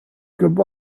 good